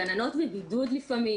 הגננות בבידוד לפעמים,